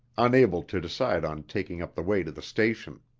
unable to decide on taking up the way to the station.